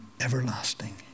everlasting